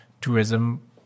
tourism